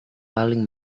paling